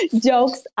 jokes